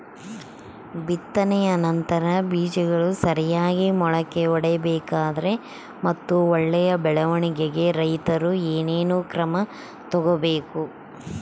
ಬಿತ್ತನೆಯ ನಂತರ ಬೇಜಗಳು ಸರಿಯಾಗಿ ಮೊಳಕೆ ಒಡಿಬೇಕಾದರೆ ಮತ್ತು ಒಳ್ಳೆಯ ಬೆಳವಣಿಗೆಗೆ ರೈತರು ಏನೇನು ಕ್ರಮ ತಗೋಬೇಕು?